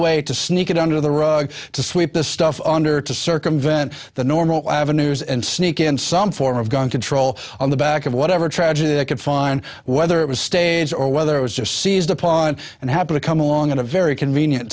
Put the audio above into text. way to sneak it under the rug to sweep this stuff under to circumvent the normal avenues and sneak in some form of gun control on the back of whatever tragic it fine whether it was staged or whether it was just seized upon and happy to come along at a very convenient